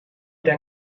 der